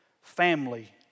Family